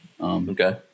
Okay